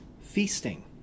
feasting